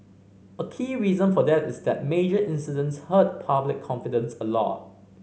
a key reason for that is that major incidents hurt public confidence a lot